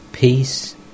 Peace